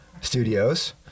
studios